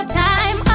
time